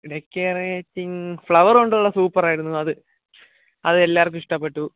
decorating flower കൊണ്ടുള്ള super ആയിരുന്നു അത് അത് എല്ലാവർക്കും ഇഷ്ടപ്പെട്ടു